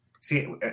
see